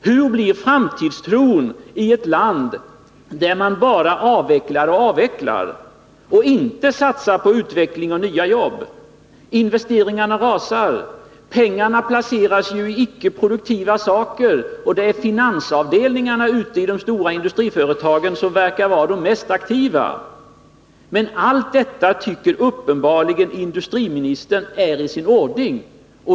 Hur blir framtidstron i ett land där man bara avvecklar och avvecklar och inte satsar på utveckling och nya jobb? Investeringarna rasar, pengarna placeras i icke produktiva saker, och det är finansavdelningarna ute i det stora industriföretagen som verkar vara de mest aktiva. Men allt detta tycker industriministern uppenbarligen är i sin ordning.